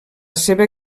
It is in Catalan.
seva